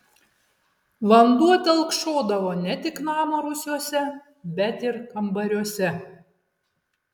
vanduo telkšodavo ne tik namo rūsiuose bet ir kambariuose